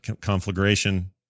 Conflagration